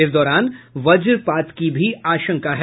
इस दौरान वज्रपात की भी आशंका है